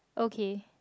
okay